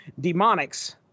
Demonics